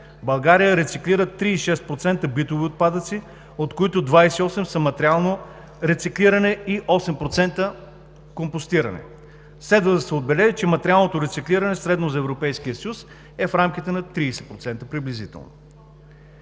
България рециклира 36% битови отпадъци, от които 28% са материално рециклиране и 8% – компостиране. Следва да се отбележи, че материалното рециклиране средно за Европейския съюз е в рамките на приблизително